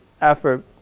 effort